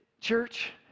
church